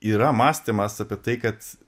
yra mąstymas apie tai kad